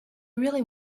really